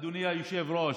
אדוני היושב-ראש.